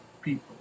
people